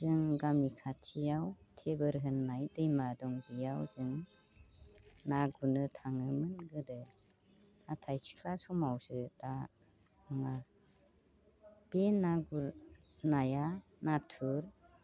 जों गामि खाथियाव थेबोर होननाय दैमा दं बेयाव जों ना गुरनो थाङोमोन गोदो नाथाय सिख्ला समावसो दा थाङा बे ना गुरनाया नाथुर